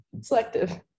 selective